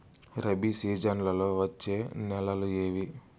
రబి సీజన్లలో వచ్చే నెలలు ఏవి?